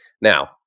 Now